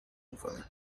میکنه